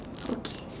okay